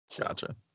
Gotcha